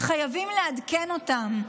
חייבים לעדכן אותן.